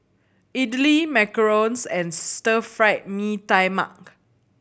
idly macarons and Stir Fried Mee Tai Mak